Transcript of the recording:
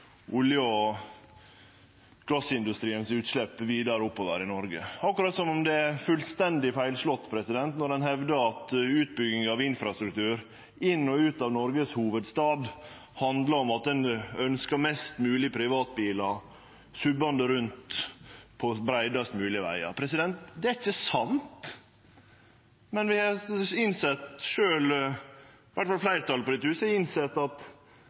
olje- og gassindustrien vidare oppover i Noreg – akkurat som om det er fullstendig feilslått når ein hevdar at utbygging av infrastruktur inn og ut av Noregs hovudstad handlar om at ein ønskjer flest mogleg privatbilar subbande rundt på breiast mogleg vegar. Det er ikkje sant. Men fleirtalet på dette huset har innsett at også bussen treng felt å køyre på, og då trengst det veg, og at